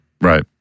Right